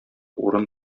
урын